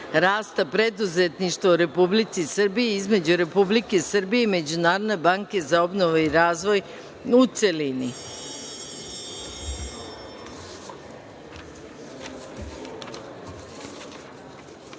rasta preduzetništva u Republici Srbiji) između Republike Srbije i Međunarodne banke za obnovu i razvoj, u